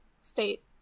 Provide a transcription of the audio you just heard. state